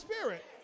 spirit